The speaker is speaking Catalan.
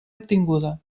obtinguda